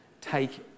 Take